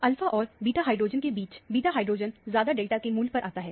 alpha और beta hydrogen के बीच बीटा हाइड्रोजन ज्यादा डेल्टा के मूल्य पर आता है